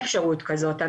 אין אפשרות כזאת.